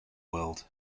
world